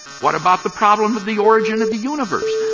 what about the problem of the origin of the universe?